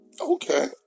Okay